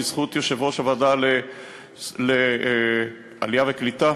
בזכות יושב-ראש ועדת העלייה והקליטה